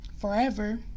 forever